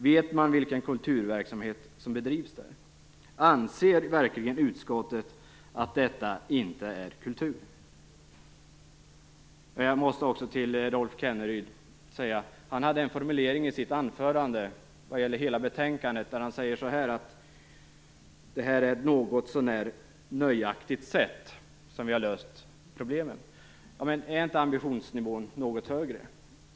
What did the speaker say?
Vet ni vilken kulturverksamhet som där bedrivs? Anser utskottet verkligen att detta inte kan betecknas som kultur? Rolf Kenneryd hade en formulering i sitt anförande när det gällde hela betänkandet. Han sade att problemen har lösts på ett något så när nöjaktigt sätt. Är inte ambitionsnivån högre?